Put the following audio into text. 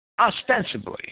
Ostensibly